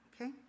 okay